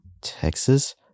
Texas